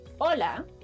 Hola